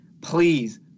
please